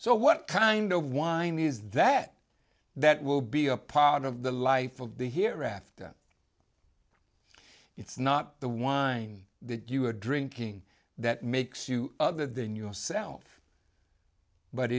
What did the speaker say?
so what kind of wine is that that will be a part of the life of the here after it's not the wine that you are drinking that makes you other than yourself but